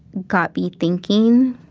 got be thinking,